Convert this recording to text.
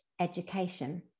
education